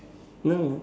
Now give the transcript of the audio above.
no